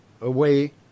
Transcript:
Away